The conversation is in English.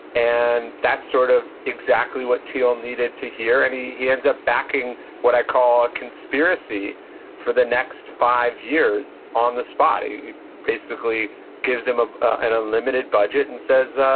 and that's sort of exactly what thiel needed to hear, and he he ends up backing what i call a conspiracy for the next five years on the spot. he basically gives him ah an unlimited budget and says,